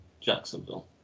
Jacksonville